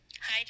Hi